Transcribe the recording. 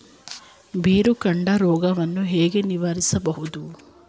ಬೇರುಕಾಂಡ ರೋಗವನ್ನು ಹೇಗೆ ನಿರ್ವಹಿಸಬಹುದು?